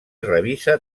revisa